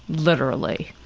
literally.